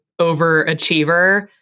overachiever